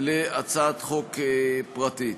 על הצעת חוק פרטית.